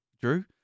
Drew